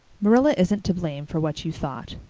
marilla isn't to blame for what you thought.